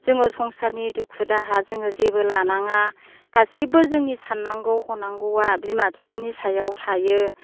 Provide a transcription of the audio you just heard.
जोङो संसारनि दुखु दाहा जोङो जेबो लानाङा गासिबो जोंनि साननांगौ हनांगौवा बिमा बिफानि सायाव थायो